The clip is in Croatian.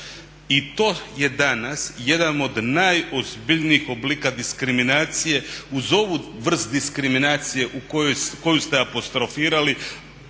I to je danas jedan od najozbiljnijih oblika diskriminacije, uz ovu vrst diskriminacije koju ste apostrofirali